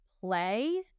play